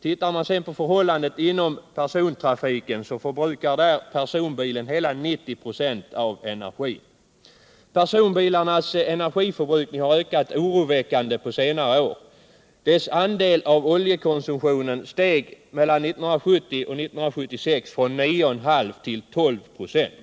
och inom denna trafik förbrukar personbilen hela 90 96. Personbilarnas energiförbrukning har ökat oroväckande på senare år. Deras andel av oljekonsumtionen steg mellan 1970 och 1976 från 9,5 till 12 926.